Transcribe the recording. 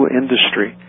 industry